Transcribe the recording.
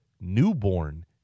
newborn